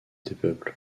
dépeuple